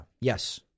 Yes